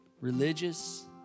religious